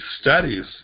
studies